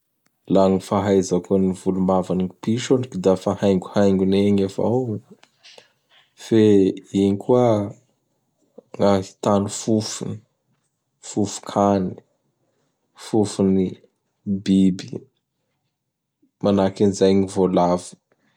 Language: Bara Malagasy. Laha gny fahaizako gny volombavan'ny Piso anie dafa haingohaingony egny avao. Fe igny koa gn' ahitany fofony, fofon-kany, fofon'ny biby, manahaky an'izay gny Voalavo.